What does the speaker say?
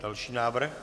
Další návrh?